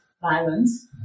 violence